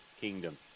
kingdom